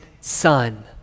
Son